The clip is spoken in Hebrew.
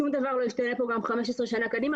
שום דבר לא ישתנה פה גם 15 שנה קדימה.